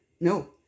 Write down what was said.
No